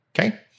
Okay